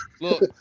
Look